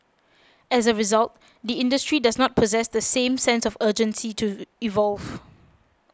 as a result the industry does not possess the same sense of urgency to evolve